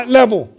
level